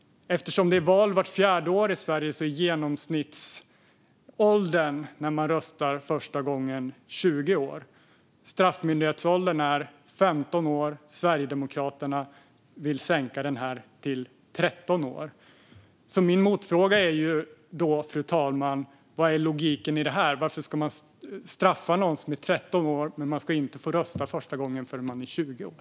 Eftersom det är val vart fjärde år i Sverige är genomsnittsåldern när man röstar första gången 20 år. Straffmyndighetsåldern är 15 år. Sverigedemokraterna vill sänka den till 13 år. Min motfråga, fru talman, är: Var är logiken i det här? Varför ska man straffas när man är 13 år men inte få rösta första gången förrän man är 20 år?